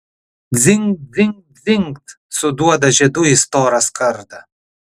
dzingt dzingt dzingt suduoda žiedu į storą skardą